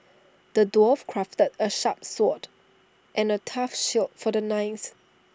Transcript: the dwarf crafted A sharp sword and A tough shield for the knight